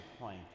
point